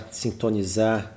sintonizar